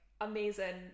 amazing